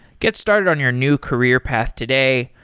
get started on your new career path today.